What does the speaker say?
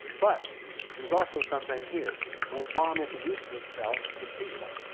but there's also something here when islam introduces itself it's peaceful.